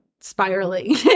spiraling